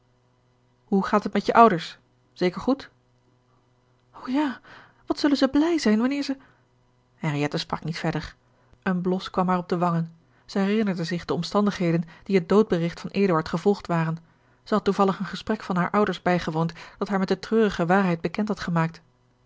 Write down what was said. hoe gaat het met je ouders zeker goed o ja wat zullen zij blijde zijn wanneer zij henriëtte sprk niet verder een blos kwam haar op de wangen zij herinnerde zich de omstandigheden die het doodberigt van eduard gevolgd waren zij had toevallig een gesprek van hare ouders bijgewoond dat haar met de treurige waarheid bekend had gemaakt